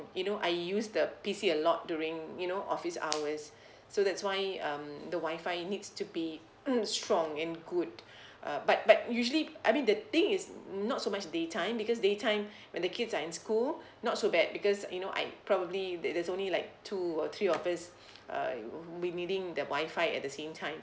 you know I use the P_C a lot during you know office hours so that's why um the wifi needs to be mm strong and good uh but but usually I mean the thing is not so much daytime because daytime when the kids are in school not so bad because you know I'd probably there there's only like two or three of us uh won't be needing the Wi-Fi at the same time